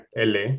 LA